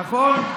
נכון?